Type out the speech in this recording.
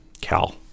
Cal